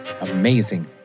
Amazing